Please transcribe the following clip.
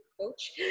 coach